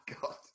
god